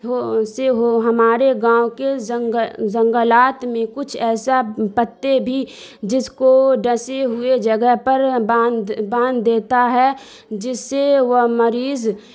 ہو سے ہو ہمارے گاؤں کے جنگل جنگلات میں کچھ ایسا پتے بھی جس کو ڈنسی ہوئے جگہ پر باندھ باندھ دیتا ہے جس سے وہ مریض